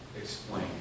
explain